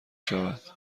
شود